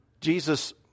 Jesus